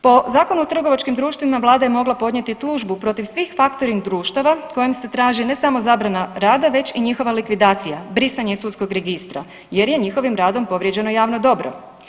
Po Zakonu o trgovačkim društvima, Vlada je mogla podnijeti tužbu protiv svih faktoring društava kojim se traži, ne samo zabrana rada već i njihova likvidacija, brisanje iz Sudskog registra jer je njihovih radom povrijeđeno javno dobro.